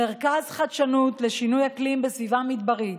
מרכז חדשנות לשינויי אקלים בסביבה מדברית.